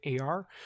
AR